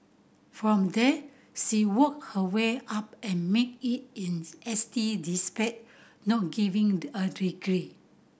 from there she worked her way up and made it in S T despite no giving a degree